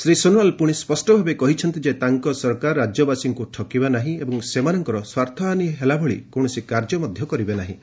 ଶ୍ରୀ ସୋନୱାଲ ପୁଣି ସ୍ୱଷ୍ଟ ଭାବେ କହିଛନ୍ତି ଯେ ତାଙ୍କ ସରକାର ରାଜ୍ୟବାସୀଙ୍କୁ ଠକିବେ ନାହିଁ ଏବଂ ସେମାନଙ୍କର ସ୍ୱାର୍ଥହାନୀ ହେଲା ଭଳି କୌଣସି କାର୍ଯ୍ୟ କରିବେ ନାହିଁ